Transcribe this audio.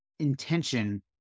intention